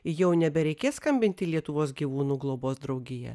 jau nebereikės skambinti lietuvos gyvūnų globos draugija